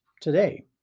today